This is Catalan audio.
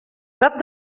prop